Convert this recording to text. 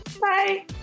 Bye